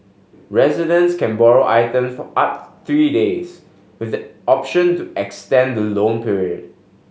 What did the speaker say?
residents can borrow item for up three days with the option to extend the loan period